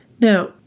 Now